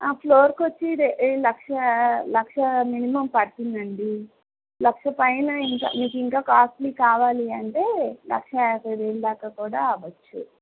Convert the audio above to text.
ఫ్లోర్కి వచ్చి ఇదే లక్ష లక్ష మినిమమ్ పడుతుందండి లక్ష పైన ఇంకా మీకు ఇంకా కాస్ట్లీ కావాలి అంటే లక్షా యాభై వేలు దాక కూడా అవ్వవచ్చు